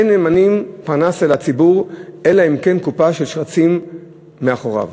אין ממנים פרנס על הציבור אלא אם כן קופה של שרצים תלויה מאחוריו.